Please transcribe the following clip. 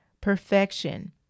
perfection